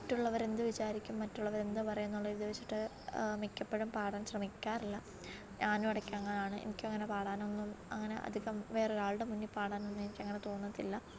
മറ്റുള്ളവർ എന്ത് വിചാരിക്കും മറ്റുള്ളവർ എന്ത് പറയും എന്നുള്ളൊരിത് വെച്ചിട്ട് മിക്കപ്പോഴും പാടാൻ ശ്രമിക്കാറില്ല ഞാനും ഇടയ്ക്ക് അങ്ങനാണ് എനിക്കും അങ്ങനെ പാടാനൊന്നും അങ്ങനെ അധികം വേറൊരാളുടെ മുന്നില് പാടാനൊന്നും എനിക്ക് അങ്ങനെ തോന്നത്തില്ല